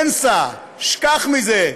אִנסא, שכח מזה.